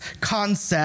concept